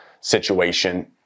situation